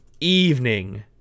evening